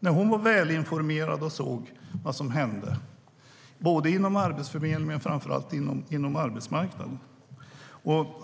och var välinformerad och såg vad som hände, både inom Arbetsförmedlingen och på arbetsmarknaden.